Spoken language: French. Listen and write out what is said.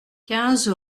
quinze